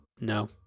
no